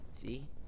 See